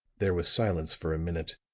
there was silence for a minute,